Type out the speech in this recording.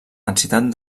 densitat